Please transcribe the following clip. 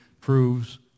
proves